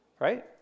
right